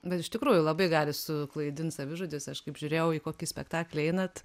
bet iš tikrųjų labai gali suklaidint savižudis aš kaip žiūrėjau į kokį spektaklį einat